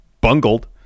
bungled